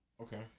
Okay